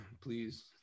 Please